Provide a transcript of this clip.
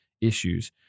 issues